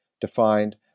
defined